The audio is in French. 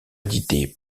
édité